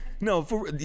no